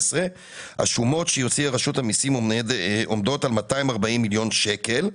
השומות שהוציאה רשות המסים עומדות על 240 מיליון שקל.